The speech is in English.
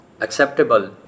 acceptable